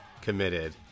committed